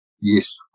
Yes